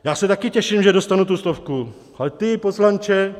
Já se taky těším, že dostanu tu stovku, ale ty poslanče...